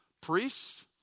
priests